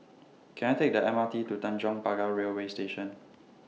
Can I Take The M R T to Tanjong Pagar Railway Station